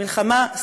מלחמה בהסתה ברשת.